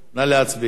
נא להצביע.